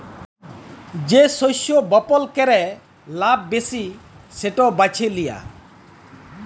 যে শস্য বপল ক্যরে লাভ ব্যাশি সেট বাছে লিয়া